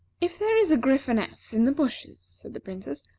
if there is a gryphoness in the bushes, said the princess,